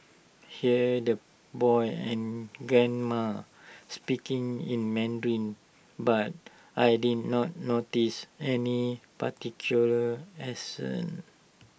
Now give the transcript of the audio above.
heard the boy and grandma speaking in Mandarin but I did not notice any particular accent